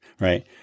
right